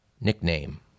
nickname